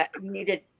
needed